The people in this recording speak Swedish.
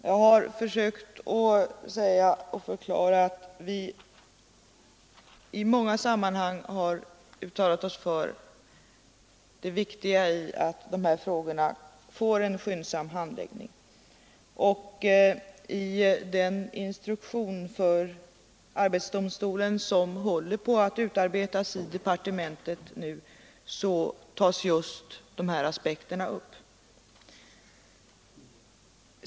Jag har försökt förklara att vi i många sammanhang talat om hur viktigt det är att dessa frågor får en skyndsam handläggning, och i den instruktion för arbetsdomstolen som nu håller på att utarbetas i departementet tas just dessa aspekter upp.